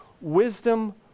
wisdom